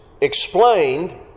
explained